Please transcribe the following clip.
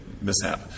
mishap